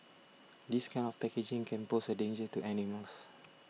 this kind of packaging can pose a danger to animals